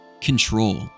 control